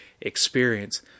experience